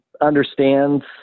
understands